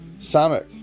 Samak